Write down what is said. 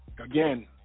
Again